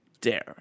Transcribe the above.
dare